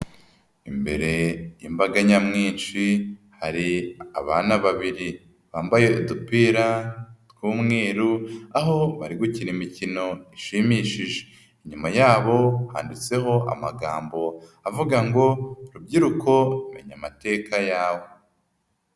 Imbere imbaga nyamwinshi hari abana babiri bambaye udupira tw'umweru, aho bari gukina imikino ishimishije, inyuma yabo handitseho amagambo avuga ngo rubyiruko menya amateka yawe.